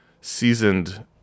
seasoned